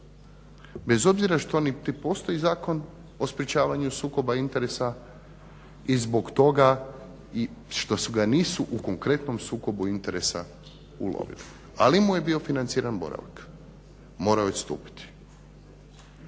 bez obzira što niti postoji Zakon o sprečavanju sukoba interesa i zbog toga što ga nisu u konkretnom sukobu interesa ulovili, ali mu je bio financiran boravak i morao je odstupiti.